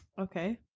Okay